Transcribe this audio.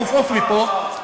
עוף, עוף מפה.